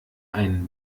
ein